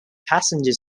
passenger